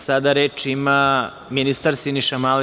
Sada reč ima ministar Siniša Mali.